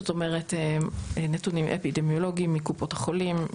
זאת אומרת נתונים אפידמיולוגיים מקופות החולים,